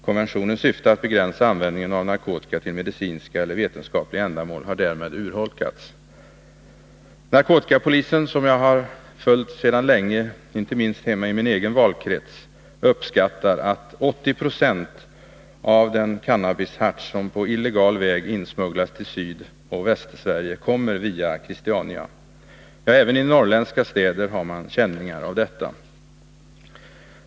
Konventionens syfte att begränsa användningen av narkotika till medicinska eller vetenskapliga ändamål har därmed urholkats. Narkotikapolisen, som jag har följt sedan länge, inte minst hemma i min egen valkrets, uppskattar att 80 20 av den cannabisharts som på illegal väg insmugglats till Sydoch Västsverige kommer via Christiania. Även i norrländska städer har man känningar av detta.